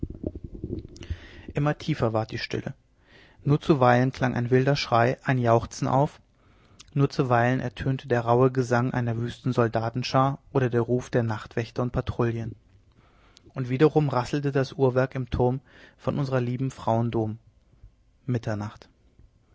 immer tiefer ward die stille nur zuweilen klang ein wilder schrei ein jauchzen auf nur zuweilen ertönte der rauhe gesang einer wüsten soldatenschar oder der ruf der nachtwächter und patrouillen und wiederum rasselte das uhrwerk im turm von unserer lieben frauen dom mitternacht